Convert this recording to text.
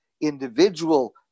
individual